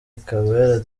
ikaba